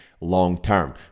long-term